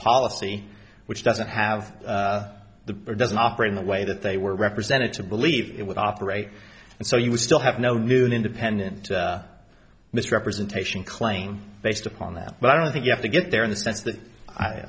policy which doesn't have the or doesn't operate in the way that they were represented to believe it would operate and so you would still have no new independent misrepresentation claim based upon that but i don't think you have to get there in the sense that i